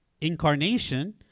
incarnation